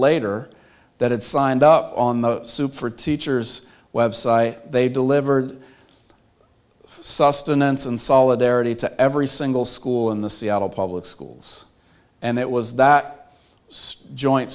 later that had signed up on the super teacher's website they delivered sustenance and solidarity to every single school in the seattle public schools and it was that